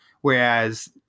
Whereas